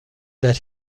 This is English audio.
that